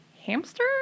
hamster